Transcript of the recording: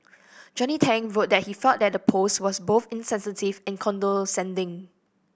Johnny Tang wrote that he felt the post was both insensitive and condescending